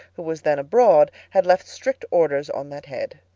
who was then abroad, had left strict orders on that head.